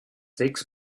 sechs